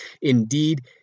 Indeed